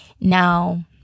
Now